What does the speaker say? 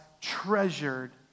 treasured